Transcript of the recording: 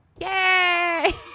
Yay